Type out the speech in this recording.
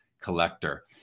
Collector